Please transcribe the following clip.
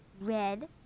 red